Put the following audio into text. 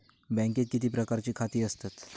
बँकेत किती प्रकारची खाती असतत?